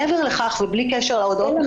מעבר לכך ובלי קשר להודעות החירום,